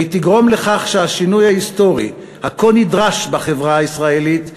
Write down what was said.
והיא תגרום לכך שהשינוי ההיסטורי הכה נדרש בחברה הישראלית יתבצע,